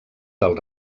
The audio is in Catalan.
del